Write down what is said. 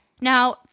Now